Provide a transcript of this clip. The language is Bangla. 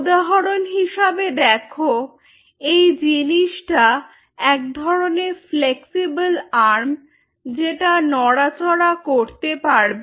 উদাহরণ হিসেবে দেখো এই জিনিসটা এক ধরনের ফ্লেক্সিবল আরম্ যেটা নড়াচড়া করতে পারবে